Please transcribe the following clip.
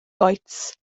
goets